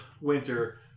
winter